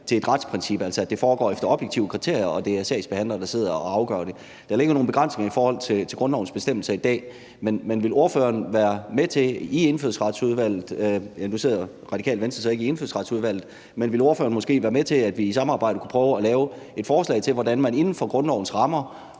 til et retsprincip, altså at det foregår efter objektive kriterier, og at det er en sagsbehandler, der sidder og afgør det. Der ligger nogle begrænsninger i forhold til grundlovens bestemmelser i dag, men vil ordføreren være med til i Indfødsretsudvalget – nu sidder Radikale Venstre så ikke i Indfødsretsudvalget, men så i et samarbejde – at prøve at lave et forslag til, hvordan man inden for grundlovens rammer